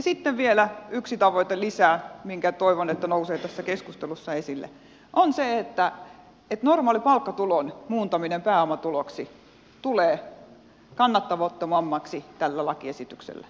sitten vielä yksi tavoite lisää minkä toivon nousevan tässä keskustelussa esille on se että normaalin palkkatulon muuntaminen pääomatuloksi tulee kannattamattomammaksi tällä lakiesityksellä